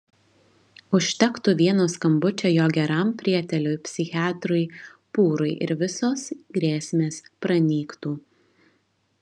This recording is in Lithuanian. užtektų vieno skambučio jo geram prieteliui psichiatrui pūrui ir visos grėsmės pranyktų